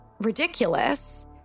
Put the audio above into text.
ridiculous